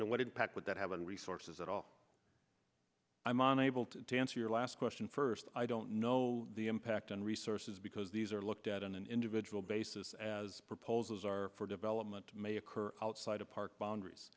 and what impact would that have on resources at all i'm on able to answer your last question first i don't know the impact on resources because these are looked at on an individual basis basis as proposals are for development may occur outside of park boundaries